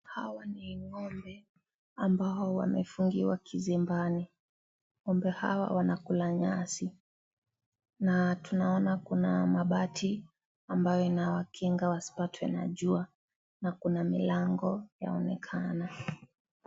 Hawa ni ngombe ambao wamefungiwa kizimbani. Ngombe hawa wanakula nyasi na tunaona kuna mabati ambayo inawakinga wasipatwe na jua na kuna milango yaonekana.